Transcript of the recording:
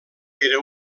era